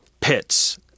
pits